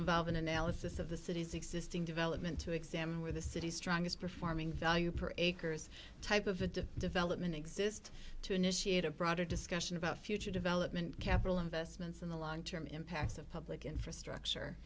involve an analysis of the city's existing development to examine with the city's strongest performing value per acres type of a diff development exist to initiate a broader discussion about future development capital investments in the long term impacts of public infrastructure